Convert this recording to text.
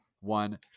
one